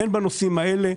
הן בנושאים הללו,